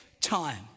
time